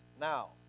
Now